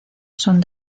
son